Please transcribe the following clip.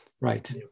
Right